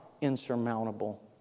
insurmountable